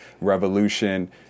Revolution